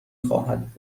خواهد